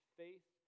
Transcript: faith